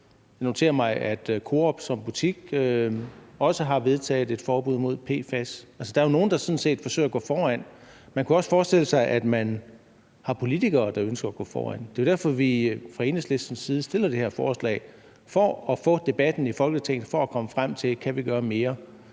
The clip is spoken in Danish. Jeg noterer mig, at Coop også har vedtaget et forbud mod PFAS i deres butikker. Altså, der er jo nogen, der sådan set forsøger at gå foran. Man kunne også forestille sig, at man har politikere, der ønsker at gå foran. Det er derfor, vi fra Enhedslistens side har fremsat det her forslag – for at få debatten i Folketinget og for at komme frem til at diskutere: